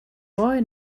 boy